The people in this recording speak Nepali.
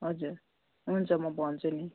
हजुर हुन्छ म भन्छु नि